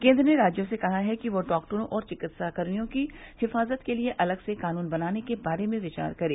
केन्द्र ने राज्यों से कहा है कि वह डॉक्टरों और चिकित्साकर्मियों की हिफाजत के लिए अलग से कानून बनाने के बारे में विचार करें